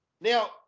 Now